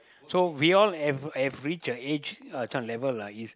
so we all have have reach a age some level ah